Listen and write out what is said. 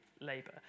Labour